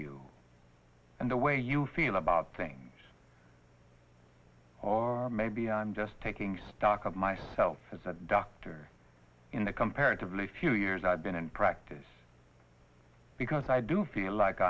you and the way you feel about things or maybe i'm just taking stock of myself as a doctor in the comparatively few years i've been in practice because i do feel like